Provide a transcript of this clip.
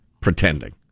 pretending